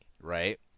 right